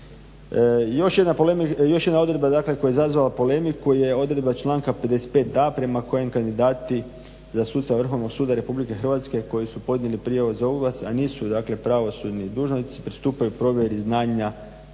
Još jedna odredba koja je izazvala polemiku je odredba članka 55.a prema kojem kandidati za suca Vrhovnog suda Republike Hrvatske koji su podnijeli prijavu za oglas, a nisu dakle pravosudni dužnosnici, pristupaju provjeri znanja